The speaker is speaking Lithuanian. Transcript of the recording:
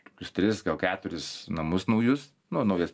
kokius tris gal keturis namus naujus na naujas